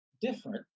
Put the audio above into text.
different